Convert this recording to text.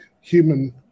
human